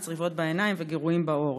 צריבה בעיניים וגירוי בעור.